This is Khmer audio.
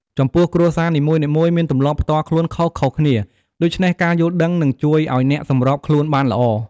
ចំពោះគ្រួសារនីមួយៗមានទម្លាប់ផ្ទាល់ខ្លួនខុសៗគ្នា ដូច្នេះការយល់ដឹងនឹងជួយឲ្យអ្នកសម្របខ្លួនបានល្អ។